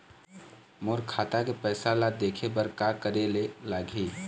मोर खाता के पैसा ला देखे बर का करे ले लागही?